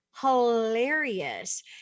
hilarious